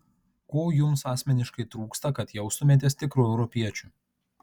ko jums asmeniškai trūksta kad jaustumėtės tikru europiečiu